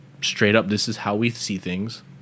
straight-up-this-is-how-we-see-things